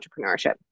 entrepreneurship